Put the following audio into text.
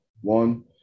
one